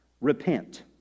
repent